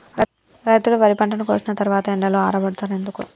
రైతులు వరి పంటను కోసిన తర్వాత ఎండలో ఆరబెడుతరు ఎందుకు?